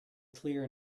clear